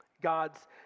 God's